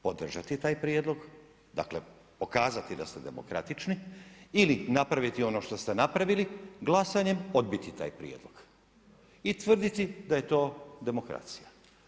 Podržati taj prijedlog, dakle pokazati da ste demokratični ili napraviti ono što ste napravili glasanjem, odbiti taj prijedlog i tvrditi da je to demokracija.